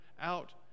out